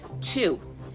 Two